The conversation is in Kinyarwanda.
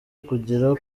kugira